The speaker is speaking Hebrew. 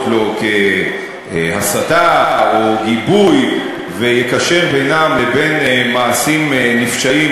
לו כהסתה או כגיבוי ויקשר בינן לבין מעשים נפשעים,